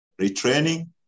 retraining